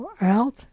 out